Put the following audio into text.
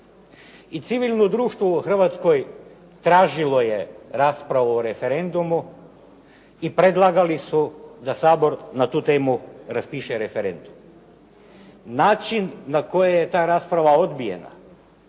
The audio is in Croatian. I civilno društvo u Hrvatskoj tražilo je raspravu o referendumu i predlagali su da Sabor na tu temu raspiše referendum. Način na koji je ta rasprava odbijena,